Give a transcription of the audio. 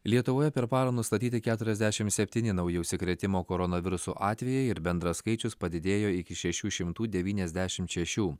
lietuvoje per parą nustatyti keturiasdešim septyni nauji užsikrėtimo koronavirusu atvejai ir bendras skaičius padidėjo iki šešių šimtų devyniasdešim šešių